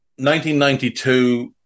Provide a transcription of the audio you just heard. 1992